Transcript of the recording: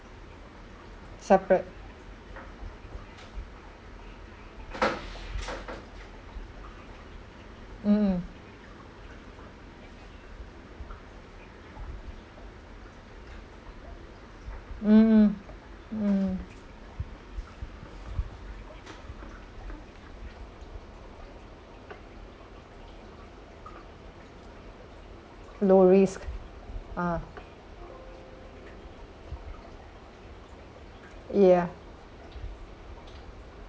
separate mm mm mm low risk ah yeah